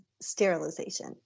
sterilization